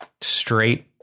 straight